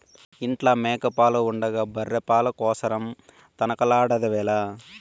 ఇంట్ల మేక పాలు ఉండగా బర్రె పాల కోసరం తనకలాడెదవేల